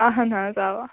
اَہَن حظ اَوا